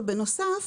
ובנוסף